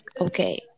Okay